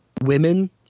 women